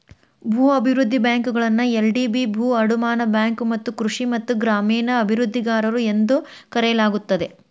ಭೂ ಅಭಿವೃದ್ಧಿ ಬ್ಯಾಂಕುಗಳನ್ನ ಎಲ್.ಡಿ.ಬಿ ಭೂ ಅಡಮಾನ ಬ್ಯಾಂಕು ಮತ್ತ ಕೃಷಿ ಮತ್ತ ಗ್ರಾಮೇಣ ಅಭಿವೃದ್ಧಿಗಾರರು ಎಂದೂ ಕರೆಯಲಾಗುತ್ತದೆ